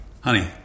Honey